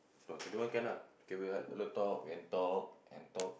ah twenty one can lah we can talk and talk and talk